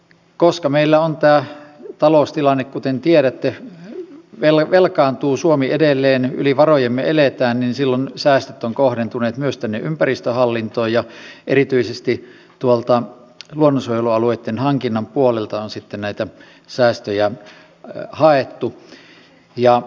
koska meillä on tämä taloustilanne kuten tiedätte suomi velkaantuu edelleen yli varojemme me elämme niin silloin säästöt ovat kohdentuneet myös tänne ympäristöhallintoon ja erityisesti tuolta luonnonsuojelualueitten hankinnan puolelta on sitten näitä säästöjä haettu